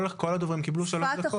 כל הדוברים קיבלו שלוש דקות.